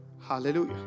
Hallelujah